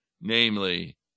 namely